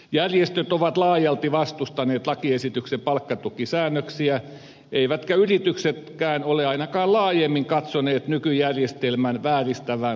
järjestöt ovat laajalti vastustaneet lakiesityksen palkkatukisäännöksiä eivätkä yrityksetkään ole ainakaan laajemmin katsoneet nykyjärjestelmän vääristävän kilpailua